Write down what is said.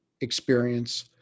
experience